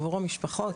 עבור המשפחות.